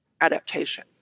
adaptation